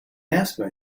asked